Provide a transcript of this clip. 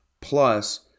plus